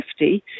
50